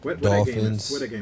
Dolphins